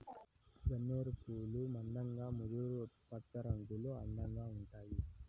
గన్నేరు పూలు మందంగా ముదురు పచ్చరంగులో అందంగా ఉంటాయి